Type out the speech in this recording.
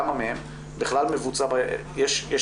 בכמה מהם בכלל יש טיפול,